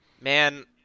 Man